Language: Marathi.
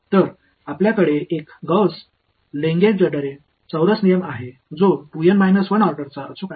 तर आपल्याकडे एक गौस लेंगेडरे चौरस नियम आहे जो 2 एन 1 ऑर्डरचा अचूक आहे